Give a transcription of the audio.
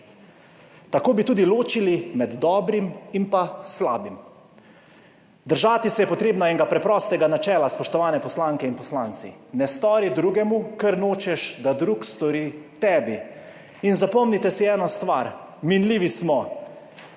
Tako bi tudi ločili med dobrim in pa slabim. Držati se je potrebno enega preprostega načela, spoštovani poslanke in poslanci, ne stori drugemu kar nočeš, da drug stori tebi. In zapomnite si eno stvar: minljivi smo,